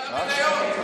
דבר על המניות.